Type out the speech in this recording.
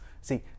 See